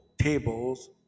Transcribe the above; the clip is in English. tables